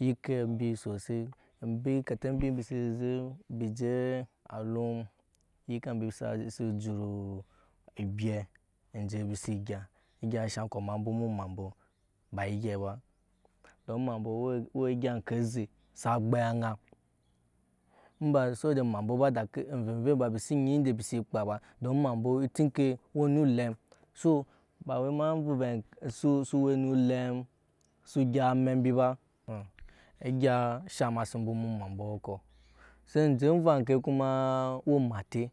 yike embi susui embi ketɛ embi sene zek embi je alum yika embi se eje embi se gya egya shan ko ma bwoma mabwo ba egya ba dom mabwo we-we egya enke ze sa da embi se nyi yede embi se kpa ba dom mabwo eti ke wene elem lem su gya amɛk embi ba egya shan mase bwoma mabwo kos e ge beke koma we emate.